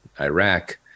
iraq